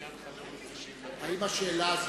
האוצר או עמדת ש"ס, בעניין חברות נשים?